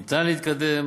ניתן להתקדם